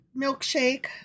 Milkshake